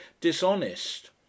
dishonest